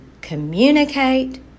communicate